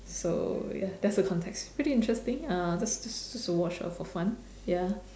so ya that's the context pretty interesting uh just just to watch her for fun ya